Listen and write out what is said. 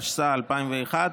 התשס"א 2001,